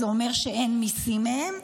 זה אומר שאין מיסים מהן,